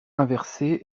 inversé